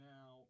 Now